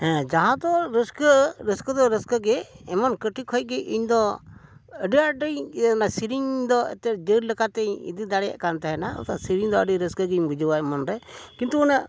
ᱦᱮᱸ ᱡᱟᱦᱟᱸ ᱫᱚ ᱨᱟᱹᱥᱠᱟᱹ ᱨᱟᱹᱥᱠᱟᱹ ᱫᱚ ᱨᱟᱹᱥᱠᱟᱹ ᱜᱮ ᱮᱢᱚᱱ ᱠᱟᱹᱴᱤᱡ ᱠᱷᱚᱱ ᱜᱮ ᱤᱧ ᱫᱚ ᱟᱹᱰᱤ ᱟᱸᱴᱤᱧ ᱚᱱᱟ ᱥᱮᱨᱮᱧ ᱫᱚ ᱮᱱᱛᱮᱫ ᱫᱟᱹᱲ ᱞᱮᱠᱟᱛᱮᱧ ᱤᱫᱤ ᱫᱟᱲᱮᱭᱟᱜ ᱠᱟᱱ ᱛᱟᱦᱮᱱᱟ ᱛᱚ ᱥᱮᱨᱮᱧ ᱫᱚ ᱟᱹᱰᱤ ᱨᱟᱹᱥᱠᱟᱹ ᱜᱮᱧ ᱵᱩᱡᱷᱟᱹᱣᱟ ᱢᱚᱱᱨᱮ ᱠᱤᱱᱛᱩ ᱚᱱᱟ